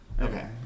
Okay